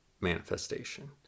manifestation